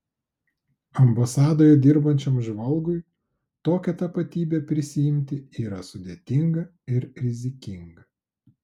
ambasadoje dirbančiam žvalgui tokią tapatybę prisiimti yra sudėtinga ir rizikinga